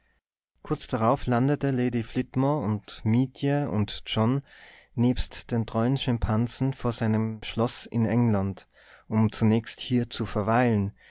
kurz darauf landete lord flitmore mit mietje und john nebst den treuen schimpansen vor seinem schloß in england um zunächst hier zu verweilen